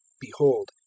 behold